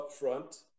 upfront